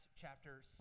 chapter